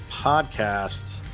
podcast